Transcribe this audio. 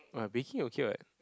!wah! baking okay [what]